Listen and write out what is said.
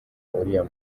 uriya